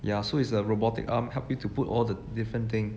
ya so is a robotic arm help you to put all the different thing